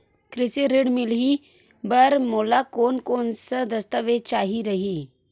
कृषि ऋण मिलही बर मोला कोन कोन स दस्तावेज चाही रही?